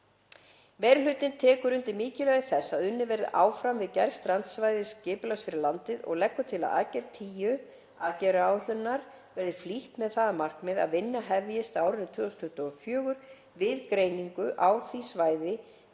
Meiri hlutinn tekur undir mikilvægi þess að unnið verði áfram við gerð strandsvæðisskipulags fyrir landið og leggur til að aðgerð 10 aðgerðaáætlunarinnar verði flýtt með það að markmiði að vinna hefjist á árinu 2024 við greiningu á því hvaða